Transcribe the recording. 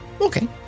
Okay